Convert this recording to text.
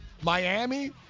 Miami